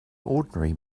ordinary